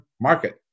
Market